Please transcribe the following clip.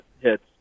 hits